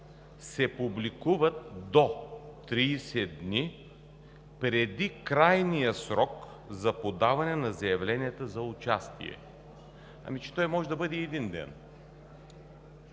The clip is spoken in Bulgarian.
се публикуват до 30 дни преди крайния срок за подаване на заявленията за участие.“ Ами, че той може да бъде и един ден!